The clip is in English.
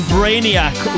Brainiac